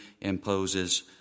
imposes